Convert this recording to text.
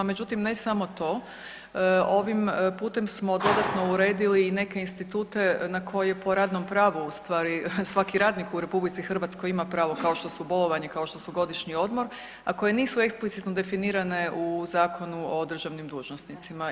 Međutim, ne samo to, ovim putem smo dodatno uredili i neke institute na koje po radnom pravu u stvari svaki radnik u RH ima pravo kao što su bolovanje, kao što su godišnji odmor, a koje nisu eksplicitno definirane u Zakonu o državnim dužnosnicima.